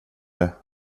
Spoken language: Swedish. det